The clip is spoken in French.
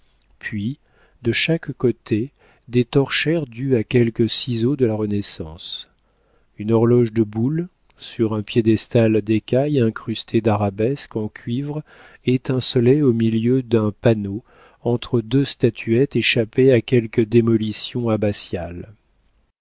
puis de chaque côté des torchères dues à quelque ciseau de la renaissance une horloge de boule sur un piédestal d'écaille incrusté d'arabesques en cuivre étincelait au milieu d'un panneau entre deux statuettes échappées à quelque démolition abbatiale